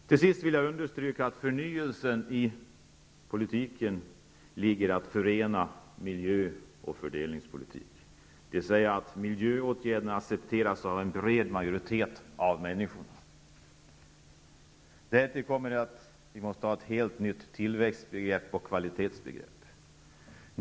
Till sist vill jag understryka att förnyelsen i politiken ligger i att förena miljö och fördelningspolitik. Miljöåtgärderna måste accepteras av en bred majoritet av människorna. Därtill kommer att vi måste ha ett helt nytt tillväxtoch kvalitetsbegrepp.